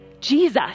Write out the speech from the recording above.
jesus